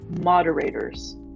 moderators